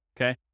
okay